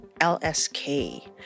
LSK